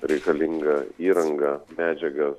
reikalingą įrangą medžiagas